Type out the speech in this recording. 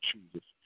Jesus